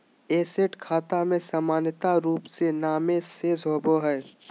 asset खाता में सामान्य रूप से नामे शेष होबय हइ